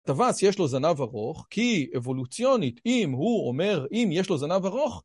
טווס יש לו זנב ארוך כי אבולוציונית אם הוא אומר אם יש לו זנב ארוך